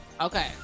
Okay